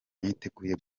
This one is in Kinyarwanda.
niteguye